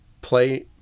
play